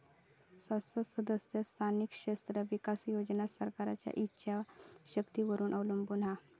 सांसद सदस्य स्थानिक क्षेत्र विकास योजना सरकारच्या ईच्छा शक्तीवर अवलंबून हा